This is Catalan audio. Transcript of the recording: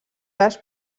les